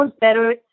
better